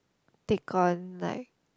take on like